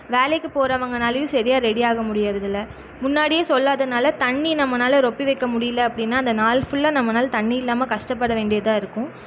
வேலைக்கு போறவங்கனாலையும் செரியாக ரெடியாக முடியிறது இல்லை முன்னாடியே சொல்லாதனால் தண்ணி நம்மன்னால நொப்பி வைக்க முடியல அப்படினா அந்த நாள் ஃபுல்லாக நம்மன்னால தண்ணி இல்லாமல் கஷ்டப்பட வேண்டியதாக இருக்கும்